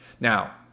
Now